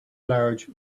large